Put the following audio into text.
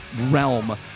realm